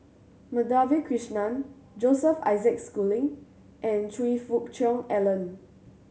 Madhavi Krishnan Joseph Isaac Schooling and Choe Fook Cheong Alan